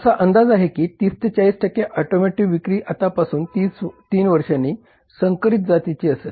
असा अंदाज आहे की 30 ते 40 ऑटोमोटिव्ह विक्री आतापासून 3 वर्षांनी संकरित जातीची असेल